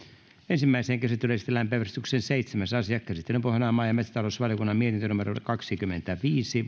ensimmäiseen käsittelyyn esitellään päiväjärjestyksen seitsemäs asia käsittelyn pohjana on maa ja metsätalousvaliokunnan mietintö kaksikymmentäviisi